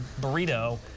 burrito